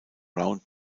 round